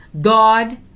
God